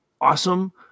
awesome